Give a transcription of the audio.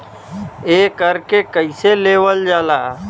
एकरके कईसे लेवल जाला?